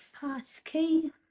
passkey